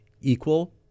equal